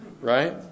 Right